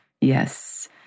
Yes